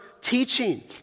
teaching